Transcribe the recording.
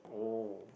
oh